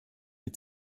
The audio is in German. mit